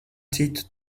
citu